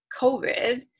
COVID